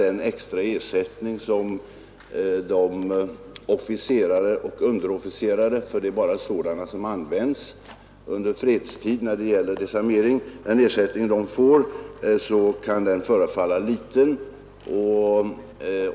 Den extra ersättning som utgår till officerare och underofficerare — det är bara sådana som används när det gäller desarmering under fredstid — kan förefalla liten.